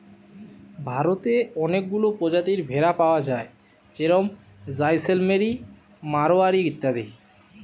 ভারতে অনেকগুলা প্রজাতির ভেড়া পায়া যায় যেরম জাইসেলমেরি, মাড়োয়ারি ইত্যাদি